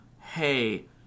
hey